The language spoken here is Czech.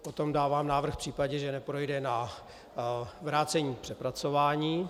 Potom dávám návrh, v případě, že neprojde, na vrácení k přepracování.